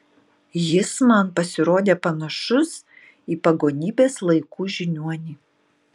jis man pasirodė panašus į pagonybės laikų žiniuonį